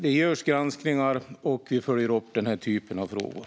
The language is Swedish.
Det görs granskningar, och vi följer upp denna typ av frågor.